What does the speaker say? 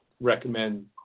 recommend